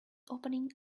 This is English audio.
opening